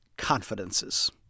confidences